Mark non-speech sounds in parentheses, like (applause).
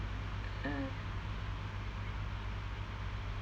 (laughs)